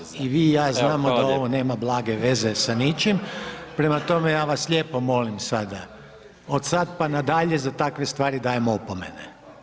Kolega Maras i vi i ja znamo da ovo nema blage veze sa ničim, prema tome, ja vas lijepo molim sada, od sada pa nadalje, za takve stvari dajem opomene.